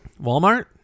walmart